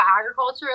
agriculture